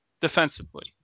defensively